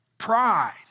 Pride